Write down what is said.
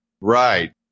Right